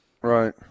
Right